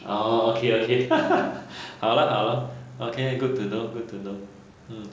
orh okay okay 好啦好啦 okay lah good to know good to know hmm